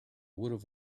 would